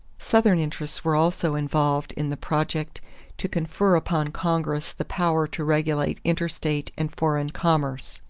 southern interests were also involved in the project to confer upon congress the power to regulate interstate and foreign commerce.